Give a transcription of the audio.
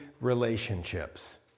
relationships